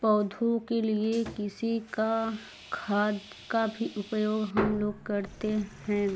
पौधों के लिए किसी का खाद का भी उपयोग हम लोग करते हैं